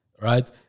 right